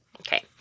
Okay